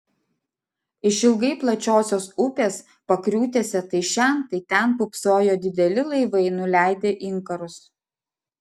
išilgai plačiosios upės pakriūtėse tai šen tai ten pūpsojo dideli laivai nuleidę inkarus